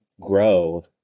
grow